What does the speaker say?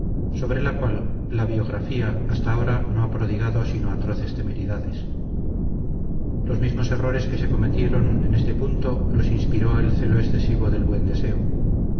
sobre le cual la biografía hasta ahora no ha prodigado sino atroces temeridades los primeros errores que se cometieron en este punto los inspiró el celo excesivo del buen deseo